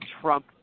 trump